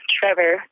Trevor